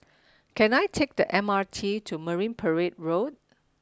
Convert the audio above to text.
can I take the M R T to Marine Parade Road